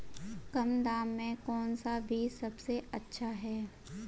कम दाम में कौन सा बीज सबसे अच्छा है?